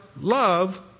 love